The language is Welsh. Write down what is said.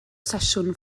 sesiwn